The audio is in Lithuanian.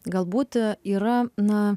galbūt yra na